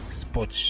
Sports